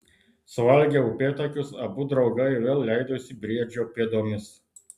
suvalgę upėtakius abu draugai vėl leidosi briedžio pėdomis